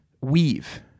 weave